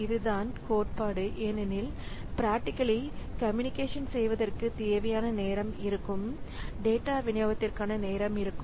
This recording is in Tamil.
இதுதான் கோட்பாடு ஏனெனில்பிராக்ட்டிகளி கம்யூனிகேஷன் செய்வதற்கு தேவையானநேரம் இருக்கும் டேட்டா விநியோகத்திற்கான நேரம் இருக்கும்